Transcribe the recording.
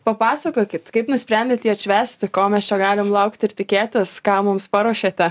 papasakokit kaip nusprendėt jį atšvęsti ko mes čia galim laukti ir tikėtis ką mums paruošėte